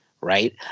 right